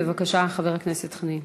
בבקשה, חבר הכנסת חנין.